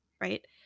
right